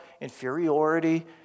inferiority